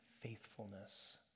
faithfulness